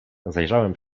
zajrzałem